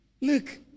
look